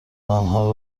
آنها